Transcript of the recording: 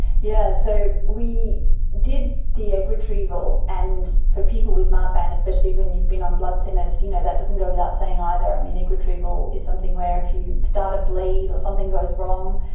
yeah so we did the egg retrieval and for people with marfan, especially when you've been on blood thinners, you know that doesn't go without saying either. i mean, egg retrieval is something where if you start a bleed or something goes wrong,